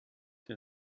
der